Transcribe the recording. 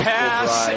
pass